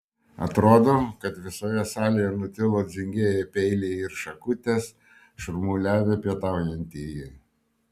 atrodo kad visoje salėje nutilo dzingsėję peiliai ir šakutės šurmuliavę pietaujantieji